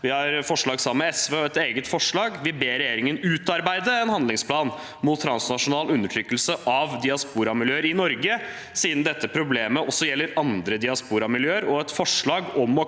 Vi har forslag sammen med SV og et eget forslag. Vi ber regjeringen utarbeide en handlingsplan mot transnasjonal undertrykkelse av diasporamiljøer i Norge, siden dette problemet også gjelder andre diasporamiljøer, og vi har et forslag om